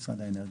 משרד האנרגיה.